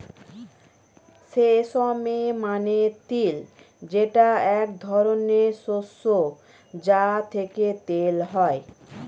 sesame মানে তিল যেটা এক ধরনের শস্য যা থেকে তেল হয়